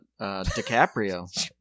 DiCaprio